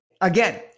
again